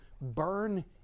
burn